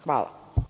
Hvala.